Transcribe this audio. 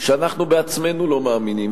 שאנחנו בעצמנו לא מאמינים.